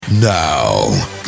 Now